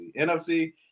NFC